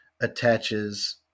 attaches